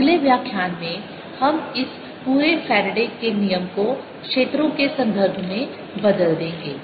अगले व्याख्यान में हम इस पूरे फैराडे के नियम Faraday's law को क्षेत्रों के संदर्भ में बदल देंगे